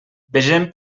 vegem